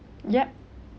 yup